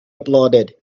applauded